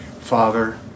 Father